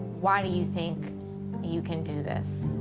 why do you think you can do this?